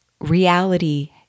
Reality